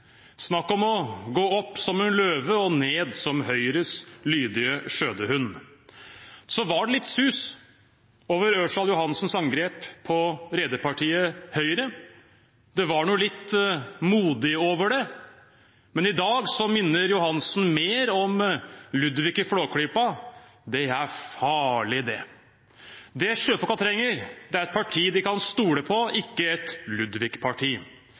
Snakk om å gå opp som en løve og ned som Høyres lydige skjødehund. Det var litt sus over Ørsal Johansens angrep på rederpartiet Høyre. Det var noe modig over det. Men i dag minner Ørsal Johansen mer om Ludvig i Flåklypa: «Det er fali’, det». Det sjøfolkene trenger, er et parti de kan stole på – ikke et